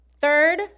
Third